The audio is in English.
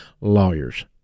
lawyers